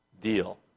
deal